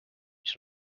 mis